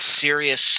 serious